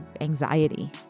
anxiety